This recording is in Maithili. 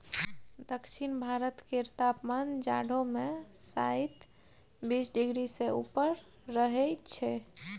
दक्षिण भारत केर तापमान जाढ़ो मे शाइत बीस डिग्री सँ ऊपर रहइ छै